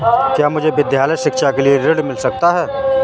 क्या मुझे विद्यालय शिक्षा के लिए ऋण मिल सकता है?